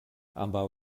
ambaŭ